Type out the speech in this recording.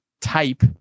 type